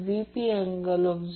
6 angle 60